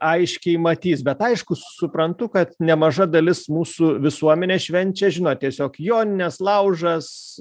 aiškiai matys bet aišku suprantu kad nemaža dalis mūsų visuomenė švenčia žino tiesiog jonines laužas